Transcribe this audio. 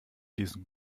diesen